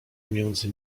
pomiędzy